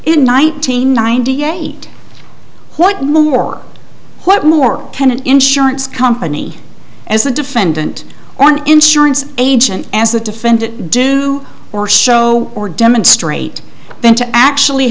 in nineteen ninety eight what more what more can an insurance company as a defendant or an insurance agent as a defendant do or show or demonstrate than to actually